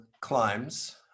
climbs